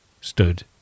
stood